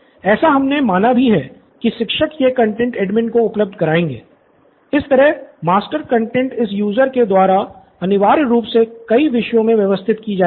ऐसा हमने माना भी है की शिक्षक यह कंटैंट एडमिन को उपलब्ध कराएँगे इस तरह मास्टर कंटैंट इस यूज़र के द्वारा अनिवार्य रूप से कई विषयों में व्यवस्थित की जाएगी